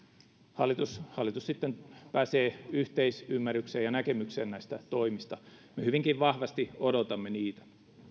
hallitus hallitus sitten pääsee yhteisymmärrykseen ja näkemykseen näistä toimista me hyvinkin vahvasti odotamme niitä